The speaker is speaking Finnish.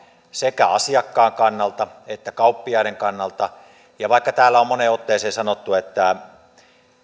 sekä asiakkaan kannalta että kauppiaiden kannalta ja vaikka täällä on moneen otteeseen sanottu että